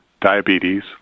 diabetes